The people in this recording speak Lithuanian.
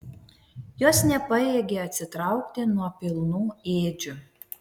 jos nepajėgė atsitraukti nuo pilnų ėdžių